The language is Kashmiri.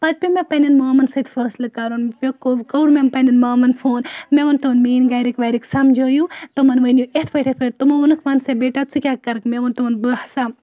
پَتہٕ پیٚو مےٚ پَننٮ۪ن مامَن سۭتۍ فٲصلہٕ کَرُن کوٚر مےٚ پَننٮ۪ن مامَن فون مےٚ ووٚن تِمَن میٲنٛۍ گَرِکۍ وَرِکۍ سَمجٲیو تِمَن ؤنِو یِتھ پٲٹھۍ یِتھ پٲٹھۍ تِمو ووٚنُکھ وَن سا بیٹا ژٕ کیاہ کَرَکھ مےٚ وون تِمَن بہٕ ہَسا